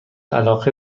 علاقه